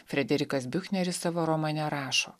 frederikas biuchneris savo romane rašo